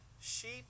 Sheep